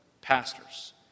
pastors